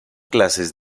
clases